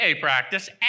practice